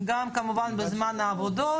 גם כמובן גם בזמן העבודות,